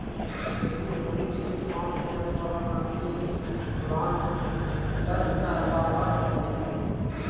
खेती में रोपनी के काम करे वाला मशीन प्लांटर कहलावऽ हई